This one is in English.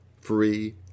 free